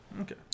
Okay